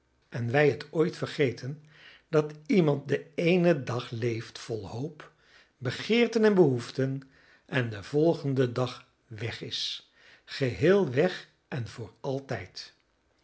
en wij het ooit vergeten dat iemand den eenen dag leeft vol hoop begeerten en behoeften en den volgenden dag weg is geheel weg en voor altijd